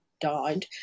died